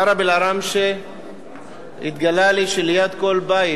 בערב-אל-עראמשה התגלה לי שליד כל בית